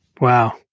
Wow